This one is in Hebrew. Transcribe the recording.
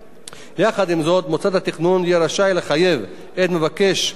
יחד עם זאת מוסד התכנון יהיה רשאי לחייב את מבקש ההיתר